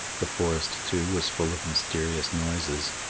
the forest, too, was full of mysterious noises.